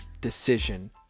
decision